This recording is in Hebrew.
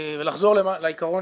ולחזור לעיקרון